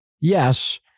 yes